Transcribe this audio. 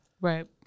right